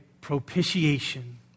propitiation